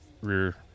rear